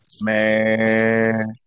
Man